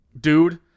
dude